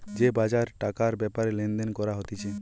যে বাজারে টাকার ব্যাপারে লেনদেন করা হতিছে